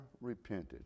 repented